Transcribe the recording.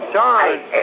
Charge